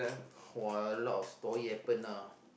uh a lot of story happen lah